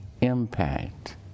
impact